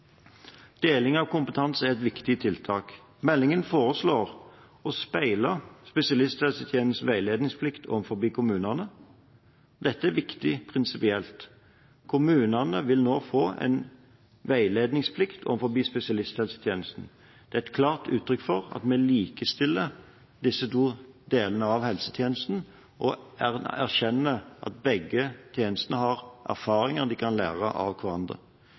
Deling av kompetanse er et viktig tiltak. Meldingen foreslår å speile spesialisthelsetjenestens veiledningsplikt overfor kommunene. Dette er viktig prinsipielt. Kommunene vil nå få en veiledningsplikt overfor spesialisthelsetjenesten. Det er et klart uttrykk for at vi likestiller disse to delene av helsetjenesten og erkjenner at begge tjenestene har erfaringer de kan lære av hverandre.